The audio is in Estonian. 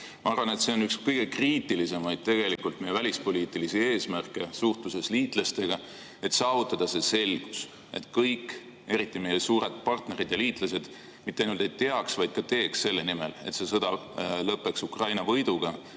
Ma arvan, et see on üks kõige kriitilisema [tähtsusega] välispoliitiline eesmärk meie suhtluses liitlastega, et saavutada see selgus, et kõik, eriti meie suured partnerid ja liitlased mitte ainult ei teaks seda, vaid teeks kõik selle nimel, et see sõda lõppeks Ukraina võiduga